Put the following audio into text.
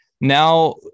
now